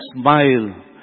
smile